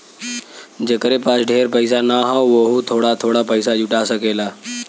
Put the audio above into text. जेकरे पास ढेर पइसा ना हौ वोहू थोड़ा थोड़ा पइसा जुटा सकेला